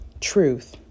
truth